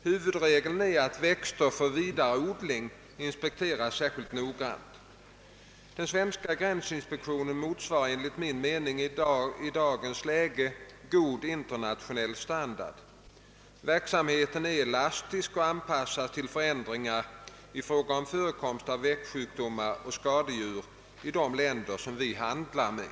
Huvudregeln är att växter för vidare odling inspekteras särskilt noggrant. Den svenska gränsinspektionen motsvarar enligt min mening i dagens läge god internationell standard. Verksamheten är elastisk och anpassas till förändringar i fråga om förekomst av växtsjukdomar och skadedjur i de länder som vi handlar med.